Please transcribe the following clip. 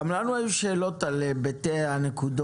גם לנו היו שאלות על היבטי הנקודות,